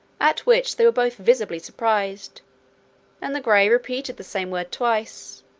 at which they were both visibly surprised and the gray repeated the same word twice,